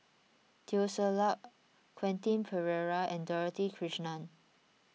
Teo Ser Luck Quentin Pereira and Dorothy Krishnan